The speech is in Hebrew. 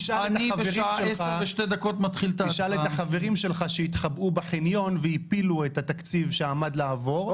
תשאל את החברים שלך שהתחבאו בחניון והפילו את התקציב שעמד לעבור.